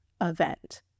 event